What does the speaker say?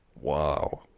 Wow